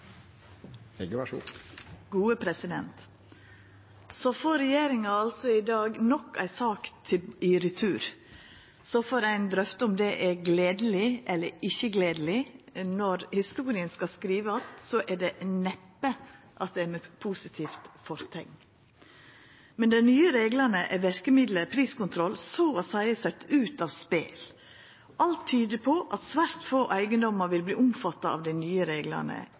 om det er gledeleg eller ikkje gledeleg. Når historia skal skrivast, vert det neppe med positivt forteikn. Med dei nye reglane er verkemiddelet priskontroll så å seia sett ut av spel. Alt tyder på at svært få eigedomar vil verta omfatta av dei nye reglane.